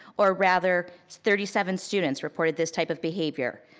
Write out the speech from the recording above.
or rather thirty seven students reported this type of behavior,